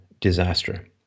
disaster